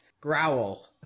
growl